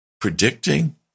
predicting